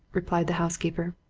replied the housekeeper.